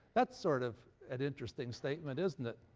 that's sort of an interesting statement, isn't it?